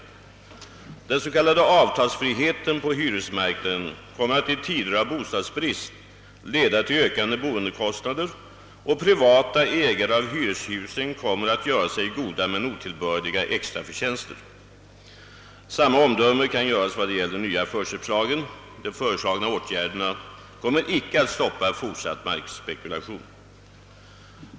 Den s.k. avtalsfriheten på hyresmarknaden kommer att i tider av bostadsbrist leda till stigande boendekostnader, och privata ägare av hyreshus kommer att göra sig goda men otillbörliga extraförtjänster. Samma omdöme kan avges vad det gäller den nya förköpslagen. De föreslagna åtgärderna kommer icke att stoppa fortsatt markspekulation.